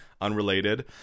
unrelated